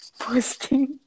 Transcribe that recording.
posting